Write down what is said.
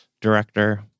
director